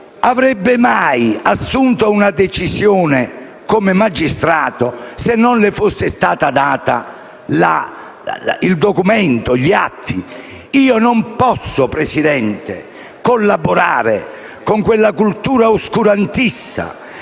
avrebbe mai assunto una decisione, come magistrato, se non le fossero stati dati i documenti e gli atti? Io non posso, signor Presidente, collaborare con quella cultura oscurantista